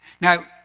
Now